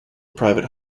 private